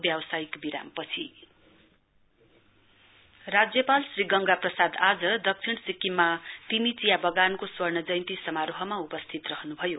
governor राज्यपाल श्री गंगा प्रसाद आज दक्षिण सिक्किममा तिमी चिया वगानको स्वर्णजयन्ती समारोहमा उपस्थित रहन्भयो